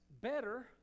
better